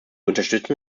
unterstützen